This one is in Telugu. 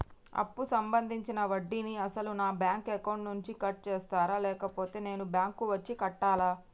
అప్పు సంబంధించిన వడ్డీని అసలు నా బ్యాంక్ అకౌంట్ నుంచి కట్ చేస్తారా లేకపోతే నేను బ్యాంకు వచ్చి కట్టాలా?